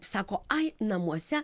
sako ai namuose